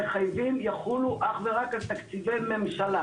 המחייבים יחולו אך ורק על תקציבי ממשלה.